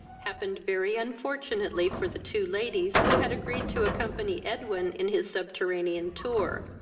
happened very unfortunately for the two ladies, who had agreed to accompany edwin in his subterranean tour.